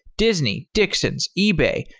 disney, dixons, ebay,